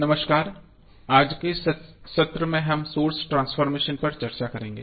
नमस्कार आज इस सत्र में हम सोर्स ट्रांसफॉर्मेशन पर चर्चा करेंगे